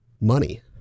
money